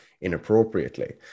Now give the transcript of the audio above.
inappropriately